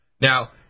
Now